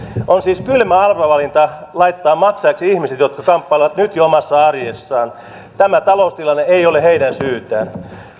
on siis kylmä arvovalinta laittaa maksajiksi ihmiset jotka kamppailevat nyt jo omassa arjessaan tämä taloustilanne ei ole heidän syytään